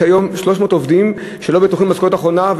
יש היום 300 עובדים שלא בטוחים במשכורת האחרונה,